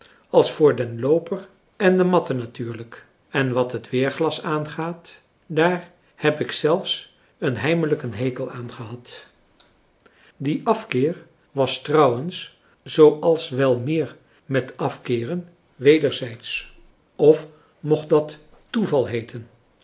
als voor den looper en de matten natuurlijk en wat het weerglas aangaat daar heb ik zelfs een heimelijken hekel aan gehad die afkeer was trouwens zooals wel meer met afkeeren wederzijdsch of mocht dat toeval heeten